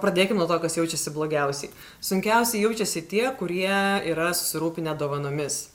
pradėkim nuo to kas jaučiasi blogiausiai sunkiausiai jaučiasi tie kurie yra susirūpinę dovanomis